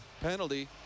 penalty